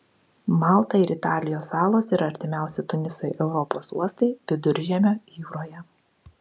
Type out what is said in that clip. malta ir italijos salos yra artimiausi tunisui europos uostai viduržemio jūroje